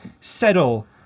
settle